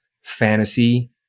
fantasy